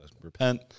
repent